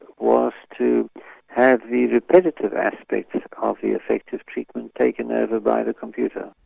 was to have the repetitive aspects of the effective treatment taken over by the computer.